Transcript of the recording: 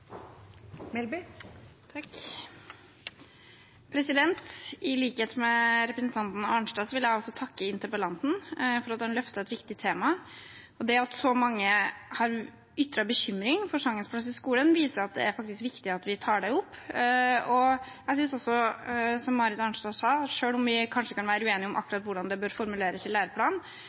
som metodikk. I likhet med representanten Arnstad vil jeg takke interpellanten for at han løfter et viktig tema. Det at så mange har ytret bekymring for sangens plass i skolen, viser at det faktisk er viktig at vi tar det opp. Jeg synes også, som Marit Arnstad, at selv om vi kanskje kan være uenige om akkurat hvordan det bør formuleres i